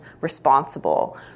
responsible